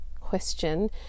question